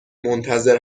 منتظر